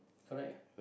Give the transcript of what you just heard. correct